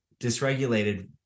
dysregulated